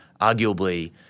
arguably